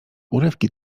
urywki